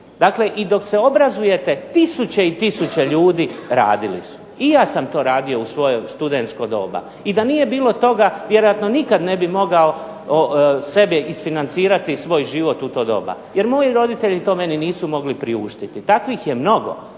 Dakle, i dok se obrazujete tisuće i tisuće ljudi radili su. I ja sam to radio u svoje studentsko doba. I da nije bilo toga vjerojatno nikad ne bih mogao sebi isfinancirati svoj život u to doba. Jer moji roditelji to meni nisu mogli priuštiti. Takvih je mnogo.